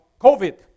COVID